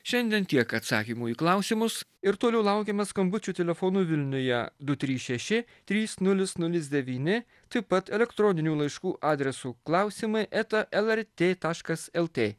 šiandien tiek atsakymų į klausimus ir toliau laukiame skambučių telefonu vilniuje du trys šeši trys nulis nulis devyni taip pat elektroninių laiškų adresu klausimai eta lrt taškas lt